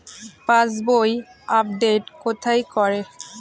পাসবই update কোথায় করে?